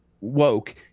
woke